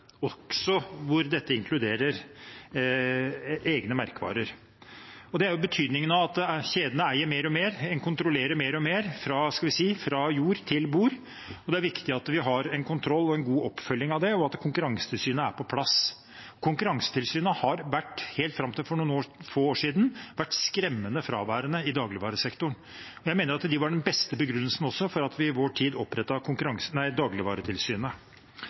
også hvor dette inkluderer egne merkevarer. Det er jo betydningen av at kjedene eier mer og mer, en kontrollerer mer og mer fra jord til bord. Det er viktig at vi har kontroll og en god oppfølging av det, og at Konkurransetilsynet er på plass. Konkurransetilsynet har helt fram til for noen få år siden vært skremmende fraværende i dagligvaresektoren. Jeg mener det også var den beste begrunnelsen for at vi i vår tid